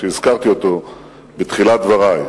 שהזכרתי אותו בתחילת דברי,